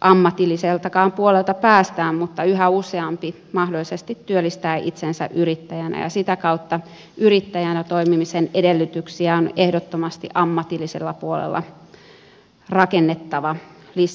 ammatilliseltakaan puolelta päästään mutta yhä useampi mahdollisesti työllistää itsensä yrittäjänä ja sitä kautta yrittäjänä toimimisen edellytyksiä on ehdottomasti ammatillisella puolella rakennettava lisää